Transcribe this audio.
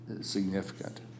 Significant